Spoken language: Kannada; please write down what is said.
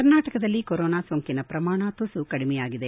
ಕರ್ನಾಟಕದಲ್ಲಿ ಕೊರೊನಾ ಸೋಂಕಿನ ಪ್ರಮಾಣ ತುಸು ಕಡಿಮೆಯಾಗಿದೆ